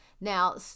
Now